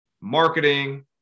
marketing